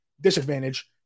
disadvantage